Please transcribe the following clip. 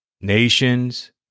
Nations